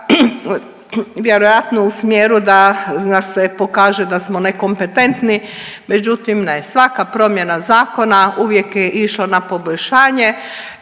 vjerojatno u smjeru da nas se pokaže da smo nekompetentni. Međutim ne, svaka promjena zakona uvijek je išla na poboljšanje